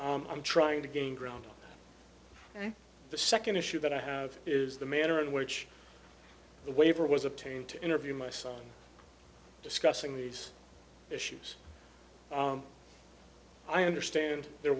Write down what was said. i'm trying to gain ground on the second issue that i have is the manner in which the waiver was obtained to interview my son discussing these issues i understand there